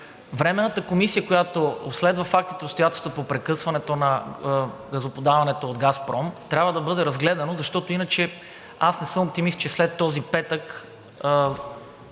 Временната комисия, която обследва фактите и обстоятелствата по прекъсването на газоподаването от „Газпром“, трябва да бъде разгледано, защото иначе аз не съм оптимист, че след този петък